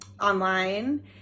online